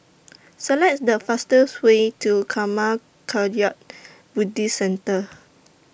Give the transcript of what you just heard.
Select The fastest Way to Karma Kagyud Buddhist Centre